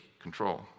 control